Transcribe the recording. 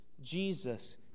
Jesus